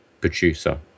producer